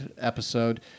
episode